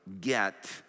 get